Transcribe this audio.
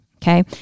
Okay